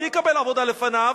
מי יקבל עבודה לפניו,